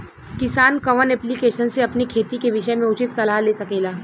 किसान कवन ऐप्लिकेशन से अपने खेती के विषय मे उचित सलाह ले सकेला?